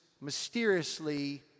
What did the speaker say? mysteriously